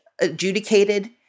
adjudicated